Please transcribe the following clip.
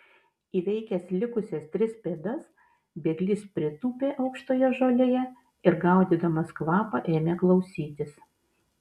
įveikęs likusias tris pėdas bėglys pritūpė aukštoje žolėje ir gaudydamas kvapą ėmė klausytis